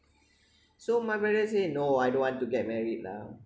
so my brother say no I don't want to get married lah